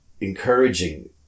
encouraging